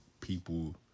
people